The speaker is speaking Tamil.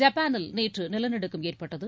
ஜப்பானில் நேற்று நிலநடுக்கம் ஏற்பட்டது